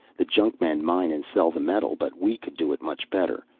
the junkmen mine and sell the metal, but we could do it much better.